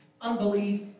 unbelief